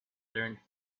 learned